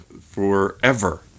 forever